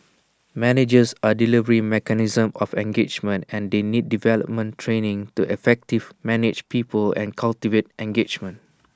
managers are the delivery mechanism of engagement and they need development training to effective manage people and cultivate engagement